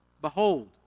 Behold